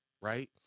right